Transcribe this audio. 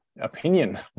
opinion